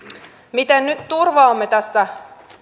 miten nyt turvaamme tässä